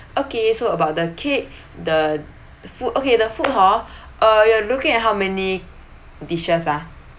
okay so about the cake the food okay the food hor ah you are looking at how many dishes ah